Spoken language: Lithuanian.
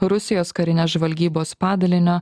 rusijos karinės žvalgybos padalinio